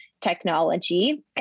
technology